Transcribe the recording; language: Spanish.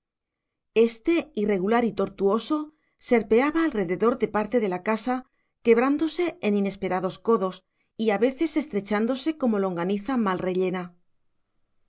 éste irregular y tortuoso serpeaba alrededor de parte de la casa quebrándose en inesperados codos y a veces estrechándose como longaniza mal rellena